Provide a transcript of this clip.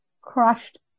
crushed